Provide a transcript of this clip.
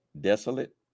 desolate